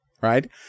Right